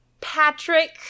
Patrick